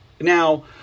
Now